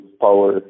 power